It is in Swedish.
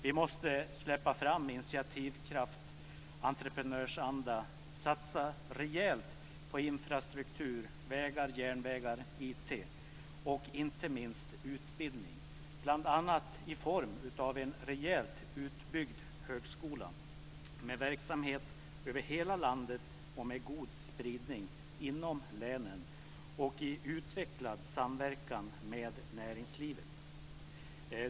Vi måste släppa fram initiativkraft, entreprenörsanda, satsa rejält på infrastruktur, vägar, järnvägar och IT och inte minst utbildning bl.a. i form av en rejält utbyggd högskola med verksamhet över hela landet och med god spridning inom länen samt i utvecklad samverkan med näringslivet.